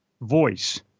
voice